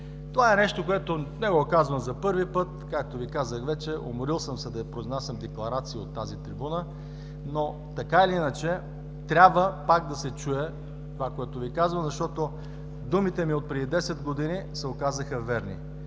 Това е нещо, което не го казвам за първи път. Както Ви казах вече, изморил съм се да произнасям декларации от тази трибуна, но така или иначе трябва пак да се чуе това, което Ви казвам, защото думите ми отпреди 10 години се оказаха верни.